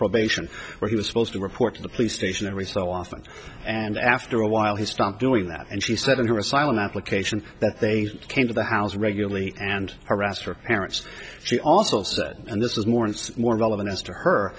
probation where he was supposed to report to the police station every so often and after a while he stopped doing that and she said in her asylum application that they came to the house regularly and harassed her parents she also said and this is more and more relevant as to her